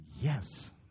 yes